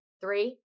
three